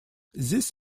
this